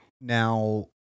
now